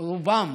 שרובם